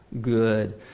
good